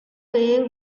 way